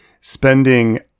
spending